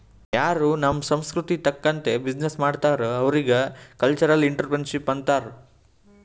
ಯಾರೂ ನಮ್ ಸಂಸ್ಕೃತಿ ತಕಂತ್ತೆ ಬಿಸಿನ್ನೆಸ್ ಮಾಡ್ತಾರ್ ಅವ್ರಿಗ ಕಲ್ಚರಲ್ ಇಂಟ್ರಪ್ರಿನರ್ಶಿಪ್ ಅಂತಾರ್